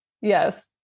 Yes